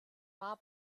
war